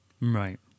right